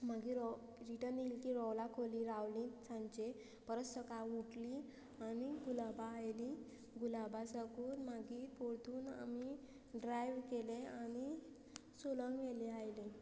मागीर रिटर्न येयली की रोवला खोली रावली सांचे परत सकाळीं उठली आनी गुलाबां आयली गुलाबा साकून मागीर परतून आमी ड्रायव्ह केलें आनी सुलंग व्हेली आयली